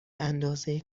اندازه